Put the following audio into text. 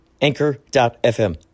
Anchor.fm